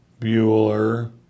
Bueller